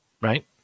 Right